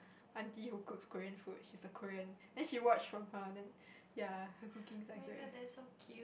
aunty who cooks Korean food she's a Korean then she watch from her then ya her cooking is like great